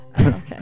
Okay